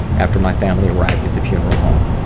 after my family arrived at the funeral home.